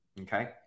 Okay